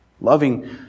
Loving